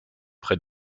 près